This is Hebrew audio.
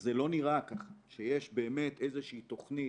זה לא נראה ככה שיש באמת איזושהי תכנית